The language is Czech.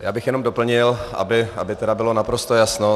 Já bych jenom doplnil, aby tedy bylo naprosto jasno.